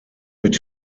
mit